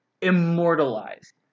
immortalized